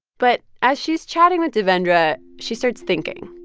but as she's chatting with devendra, she starts thinking.